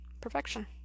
Perfection